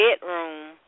bedroom